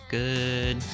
good